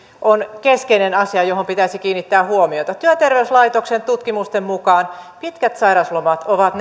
on keskeinen asia johon pitäisi kiinnittää huomiota työterveyslaitoksen tutkimusten mukaan pitkät sairaslomat ovat